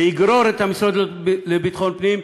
ויגרור את המשרד לביטחון פנים,